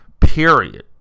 period